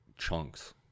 chunks